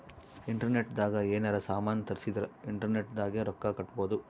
internet ದಾಗ ಯೆನಾರ ಸಾಮನ್ ತರ್ಸಿದರ ಇಂಟರ್ನೆಟ್ ದಾಗೆ ರೊಕ್ಕ ಕಟ್ಬೋದು